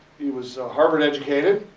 he was harvard educated.